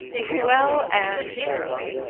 well, anne shirley,